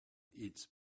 eats